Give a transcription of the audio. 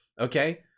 Okay